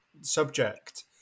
subject